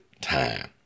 time